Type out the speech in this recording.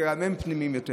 וגם הם פנימיים יותר.